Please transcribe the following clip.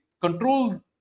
control